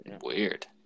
Weird